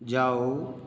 जाओ